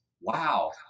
wow